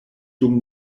dum